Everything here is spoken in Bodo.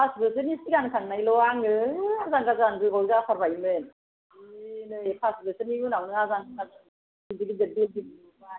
पास बोसोरनि सिगां थांनायल' आङो आजां गाजां गोबाव जाथारबायमोन जि नै पास बोसोरनि उनावनो आजां गाजां जि गिदिर गिदिर बिल्दिं लुबाय